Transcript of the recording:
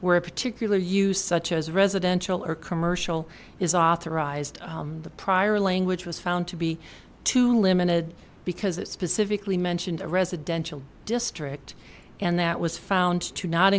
where a particular use such as residential or commercial is authorized the prior language was found to be too limited because it specifically mentioned a residential district and that was found to not